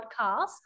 podcast